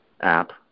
app